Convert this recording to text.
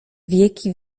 wieki